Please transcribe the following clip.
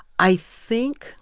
i think